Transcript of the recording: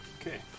Okay